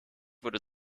wurde